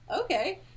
Okay